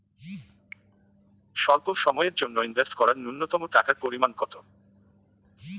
স্বল্প সময়ের জন্য ইনভেস্ট করার নূন্যতম টাকার পরিমাণ কত?